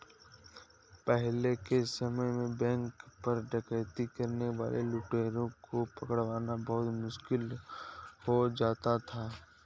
पहले के समय में बैंक पर डकैती करने वाले लुटेरों को पकड़ना बहुत मुश्किल हो जाता था